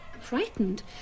frightened